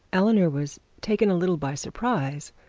eleanor was taken a little by surprise,